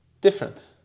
different